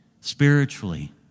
spiritually